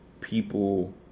people